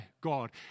God